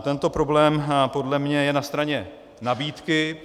Tento problém podle mě je na straně nabídky.